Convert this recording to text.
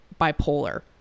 bipolar